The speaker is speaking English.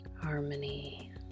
harmony